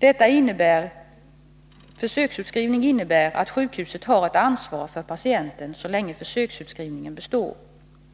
som dock innebär att sjukhuset har ett ansvar för patienten så länge försöksutskrivningen består.